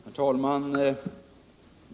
Herr talman!